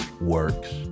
works